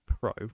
pro